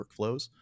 workflows